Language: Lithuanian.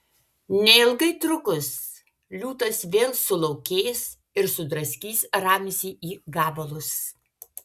neilgai trukus liūtas vėl sulaukės ir sudraskys ramzį į gabalus